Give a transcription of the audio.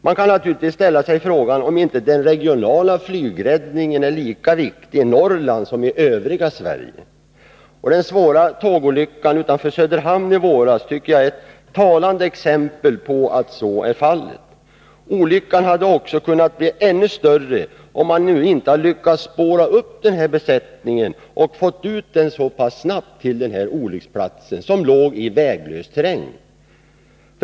Här kan naturligtvis frågan ställas om inte den regionala flygräddningen är lika viktig i Norrland som i övriga Sverige. Den svåra tågolyckan utanför Söderhamn i våras är, tycker jag, ett talande exempel på att den är lika viktig. Olyckan hade också fått värre följder om man inte hade lyckats spåra upp besättningen och fått ut helikoptern så pass snabbt som man fick till olycksplatsen, som låg i väglös terräng.